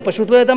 הוא פשוט לא ידע,